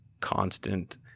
constant